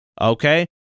Okay